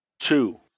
Two